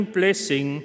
blessing